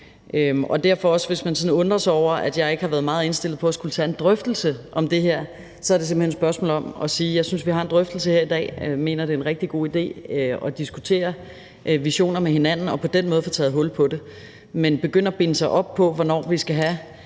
er corona. Så hvis man undrer sig over, at jeg ikke har været meget indstillet på at skulle tage en drøftelse om det her, så er det simpelt hen et spørgsmål om, at jeg mener, at vi har en drøftelse her i dag, og jeg mener, at det er en rigtig god idé at diskutere visioner med hinanden og på den måde få taget hul på det; men med hensyn til i denne tid at begynde at binde sig op på, hvornår vi skal have